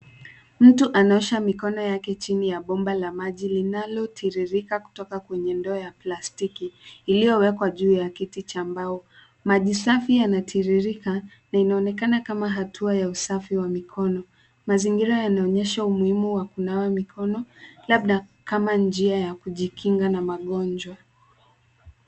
Mtu anaosa mikono yake chini ya bomba la maji linalo tiririka kutoka kwenye ndoo ya plastiki iliyowekwa juu ya kiti cha mbao. Maji safi yanatiririka na inaonekana kama hatua ya usafi wa mikono. Mazingira yanaonyesha umuhimu wa kunawa mikono labda kama njia ya kujikinga na magonjwa.